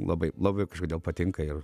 labai labai kažkodėl patinka ir